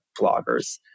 bloggers